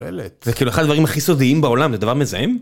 פלט. זה כאילו אחד הדברים הכי סודיים בעולם זה דבר מזהם?